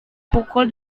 pukul